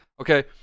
okay